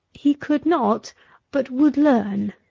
he could not but would learn!